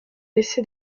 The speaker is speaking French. laissé